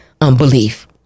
unbelief